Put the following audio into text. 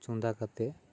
ᱪᱚᱸᱫᱟ ᱠᱟᱛᱮᱫ